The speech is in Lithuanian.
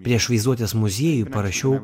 prieš vaizduotės muziejų parašiau